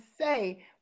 say